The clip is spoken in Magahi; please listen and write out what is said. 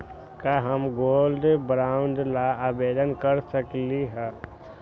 का हम गोल्ड बॉन्ड ला आवेदन कर सकली ह?